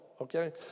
okay